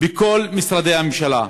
בכל משרדי הממשלה.